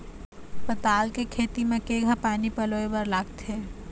पताल के खेती म केघा पानी पलोए बर लागथे?